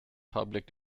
public